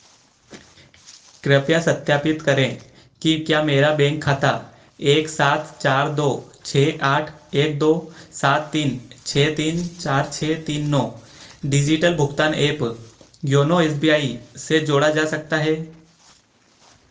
कृपया सत्यापित करें कि क्या मेरा बैंक खाता एक सात चार दो छः आठ एक दो सात तीन छः तीन चार छः तीन नौ डिजिटल भुगतान app YONO S B I से जोड़ा जा सकता है